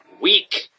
weak